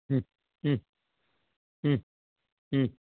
ಹ್ಞೂ ಹ್ಞೂ ಹ್ಞೂ ಹ್ಞೂ